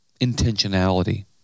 intentionality